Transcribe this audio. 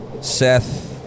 Seth